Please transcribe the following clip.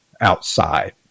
outside